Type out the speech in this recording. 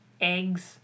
eggs